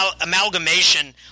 amalgamation –